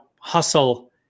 hustle